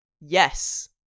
Yes